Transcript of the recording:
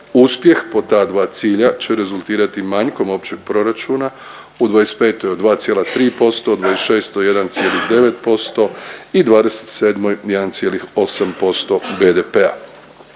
uspjeh po ta dva cilja će rezultirati manjkom općeg proračuna u '25. od 2,3% u '26. 1,9% i '27. 1,8% BDP-a.